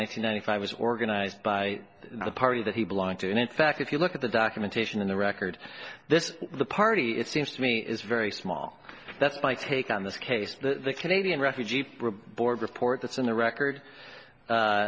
thousand ninety five was organized by the party that he belonged to and in fact if you look at the documentation in the record this is the party it seems to me is very small that's my take on this case the canadian refugee board report that's in the record